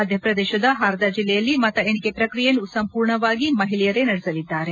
ಮಧ್ಯಪ್ರದೇಶದ ಹಾರ್ದ ಜಿಲ್ಲೆಯಲ್ಲಿ ಮತಎಣಿಕೆ ಪ್ರಕ್ರಿಯೆಯನ್ನು ಸಂಪೂರ್ಣವಾಗಿ ಮಹಿಳೆಯರೆ ನಡೆಸಲಿದ್ದಾರೆ